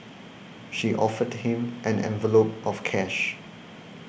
she offered him an envelope of cash